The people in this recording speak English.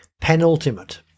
Penultimate